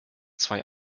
zwei